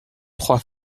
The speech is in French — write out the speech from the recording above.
trois